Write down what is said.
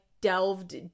delved